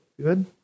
Good